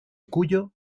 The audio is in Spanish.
cuyo